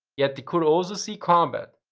yet, they could also see combat.